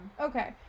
Okay